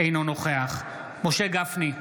אינו נוכח משה גפני,